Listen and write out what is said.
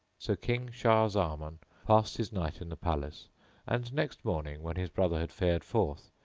so king shah zaman passed his night in the palace and, next morning, when his brother had fared forth,